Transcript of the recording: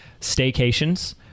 staycations